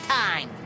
time